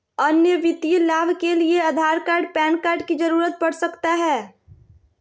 अन्य वित्तीय लाभ के लिए आधार कार्ड पैन कार्ड की जरूरत पड़ सकता है?